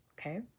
okay